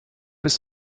ist